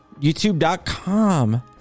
youtube.com